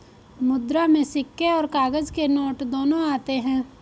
मुद्रा में सिक्के और काग़ज़ के नोट दोनों आते हैं